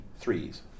threes